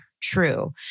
true